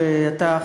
שאתה,